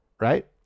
right